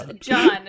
John